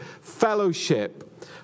fellowship